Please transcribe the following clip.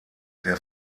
der